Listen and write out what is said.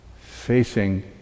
facing